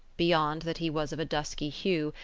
beyond that he was of a dusky hue,